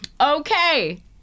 Okay